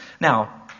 Now